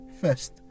first